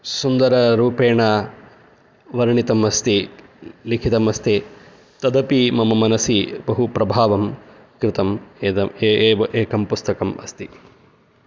सुन्दररूपेण वर्णितम् अस्ति लिखितम् अस्ति तदपि मम मनसि बहुप्रभावं कृतम् इदम् एकं पुस्तकम् अस्ति